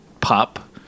pop